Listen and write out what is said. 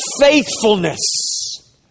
faithfulness